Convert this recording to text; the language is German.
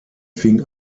fing